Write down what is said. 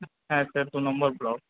হ্যাঁ স্যার দু নম্বর ব্লক